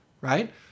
right